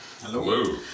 Hello